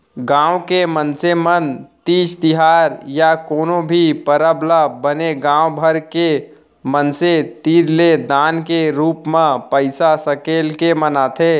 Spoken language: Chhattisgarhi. गाँव के मनसे मन तीज तिहार या कोनो भी परब ल बने गाँव भर के मनसे तीर ले दान के रूप म पइसा सकेल के मनाथे